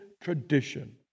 tradition